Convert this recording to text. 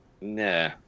Nah